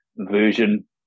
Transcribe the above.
version